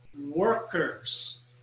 workers